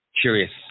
curious